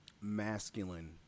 masculine